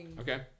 Okay